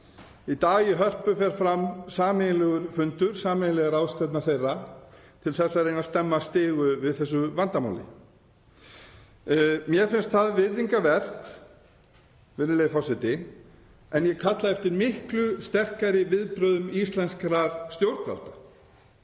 fram í Hörpu sameiginlegur fundur, sameiginleg ráðstefna þeirra til þess að reyna að stemma stigu við þessu vandamáli. Mér finnst það virðingarvert, virðulegi forseti, en ég kalla eftir miklu sterkari viðbrögðum íslenskra stjórnvalda.